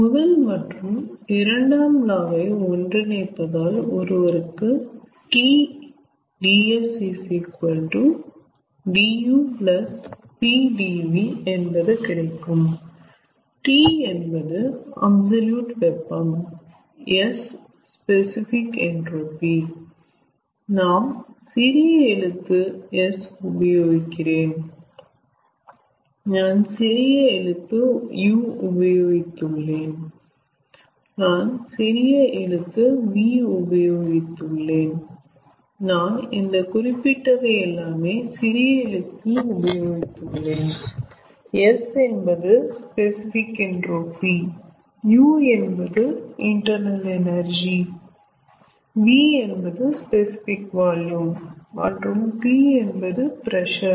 முதல் மற்றும் இரண்டாம் லா வை ஒன்றிணைப்பதால் ஒருவற்கு 𝑇 𝑑𝑠 𝑑𝑢 𝑝 𝑑𝑣 என்பது கிடைக்கும் T என்பது அப்ஸலுட் வெப்பம் s ஸ்பெசிபிக் என்ட்ரோபி நாம் சிறிய எழுத்து S உபயோக்கிறேன் நான் சிறிய எழுத்து u உபயோகித்துள்ளேன் நான் சிறிய எழுத்து v உபயோகித்துள்ளேன் நான் இந்த குறிப்பிட்டவை எல்லாமே சிறிய எழுத்தில் உபயோகித்து உள்ளேன் s என்பது ஸ்பெசிபிக் என்ட்ரோபி u என்பது இன்டெர்னல் எனர்ஜி v என்பது ஸ்பெசிபிக் வால்யூம் மற்றும் p என்பது பிரஷர்